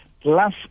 plus